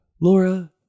Laura